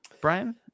Brian